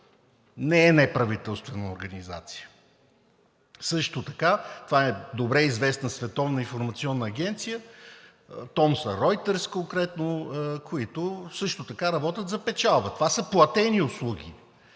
Не е неправителствена организация. Също така това е добре известна световна информационна агенция – Thomson Reuters конкретно, която също така работи за печалба. Това са платени услуги,